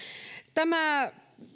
tämä